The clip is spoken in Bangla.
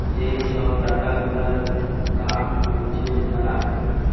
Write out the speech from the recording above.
যেই সব টাকা গুলার কাম হয়েছে জানা